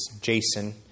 Jason